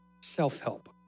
self-help